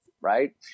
right